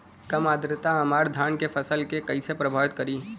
कम आद्रता हमार धान के फसल के कइसे प्रभावित करी?